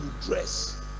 dress